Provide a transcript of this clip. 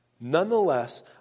nonetheless